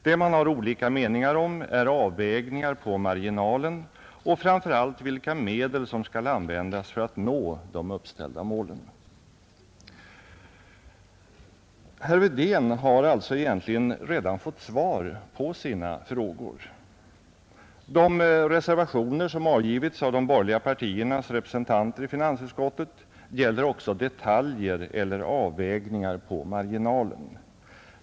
Det man har olika meningar om är avvägningar på marginalen och framför allt vilka medel som skall användas för att nå de uppställda målen.” Herr Wedén har alltså egentligen redan fått svar på sina frågor. De reservationer som avgivits av de borgerliga partiernas representanter i finansutskottet gäller också detaljer eller avvägningar på marginalen.